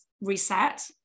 reset